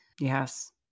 Yes